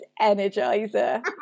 energizer